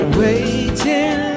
waiting